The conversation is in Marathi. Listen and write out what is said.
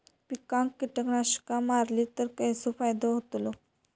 पिकांक कीटकनाशका मारली तर कसो फायदो होतलो?